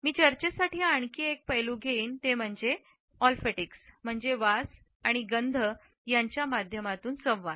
मी चर्चेसाठी आणखी एक पैलू घेईन ते म्हणजे ओल्फॅक्टिक्स म्हणजे वास आणि गंध यांच्या माध्यमातून संवाद